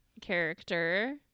character